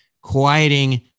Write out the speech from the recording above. quieting